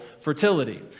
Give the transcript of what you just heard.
fertility